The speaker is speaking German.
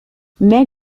mehr